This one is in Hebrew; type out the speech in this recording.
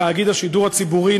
בתאגיד השידור הציבורי.